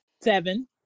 Seven